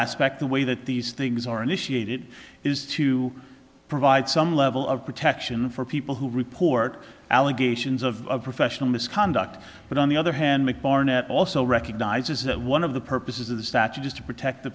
aspect the way that these things are initiate it is to provide some level of protection for people who report allegations of professional misconduct but on the other hand make barnett also recognizes that one of the purposes of the statute is to protect the